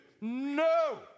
No